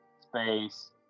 Space